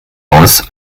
aus